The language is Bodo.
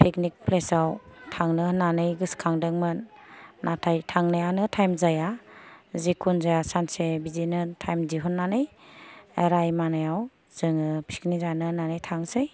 राइमाना पिकनिक प्लेसाव थांनो होन्नानै गोसो खांदोंमोन नाथाय थांनायानो टाइम जाया जिखुन जाया सानसे बिदिनो टाइम दिहुननानै राइमानायाव जोङो पिकनिक जानो होन्नानै थांसै